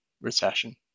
recession